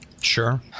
sure